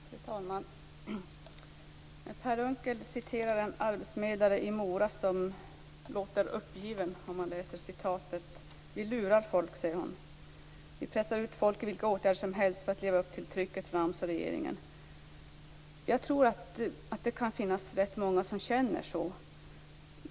Fru talman! Per Unckel citerade en arbetsförmedlare i Mora som lät uppgiven. Vi lurar folk, säger hon. Vi pressar ut folk i vilka åtgärder som helst för att leva upp till trycket från AMS och regeringen. Jag tror att det kan finnas rätt många som känner så.